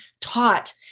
taught